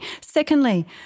Secondly